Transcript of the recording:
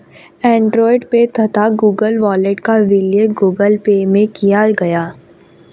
Android Pay तथा Google Wallet का विलय गूगल पे में किया गया